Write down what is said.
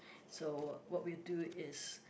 so what will do is